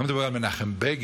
אני לא מדבר על מנחם בגין,